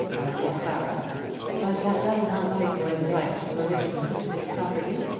argued clara but that does not take away the right of a rich man to his property.